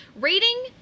rating